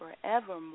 forevermore